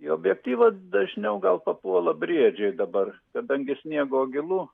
į objektyvą dažniau gal papuola briedžiai dabar kadangi sniego gilu